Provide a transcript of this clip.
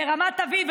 לרמת אביב,